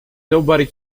nobody